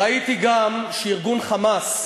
ראיתי גם שארגון "חמאס"